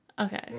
Okay